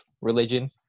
religion